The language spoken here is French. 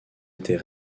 était